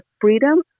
freedom